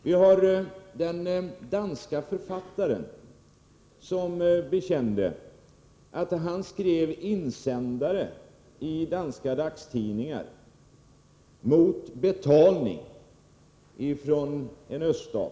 Vi har den danske författaren, som bekände att han skrev insändare i danska dagstidningar mot betalning från en öststat.